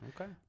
Okay